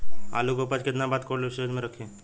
आलू के उपज के कितना दिन बाद कोल्ड स्टोरेज मे रखी?